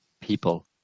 people